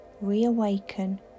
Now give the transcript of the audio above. reawaken